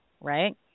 right